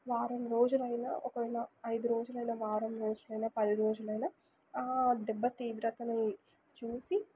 వారం రోజులైనా ఒకవేళ ఐదు రోజులైనా వారం రోజులైనా పది రోజులైనా ఆ దెబ్బ తీవ్రతని చూసి